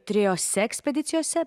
trijose ekspedicijose